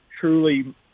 truly